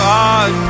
God